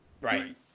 Right